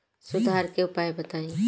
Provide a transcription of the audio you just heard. सुधार के उपाय बताई?